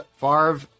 Favre